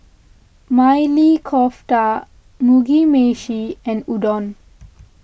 Maili Kofta Mugi Meshi and Udon